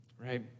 Right